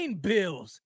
bills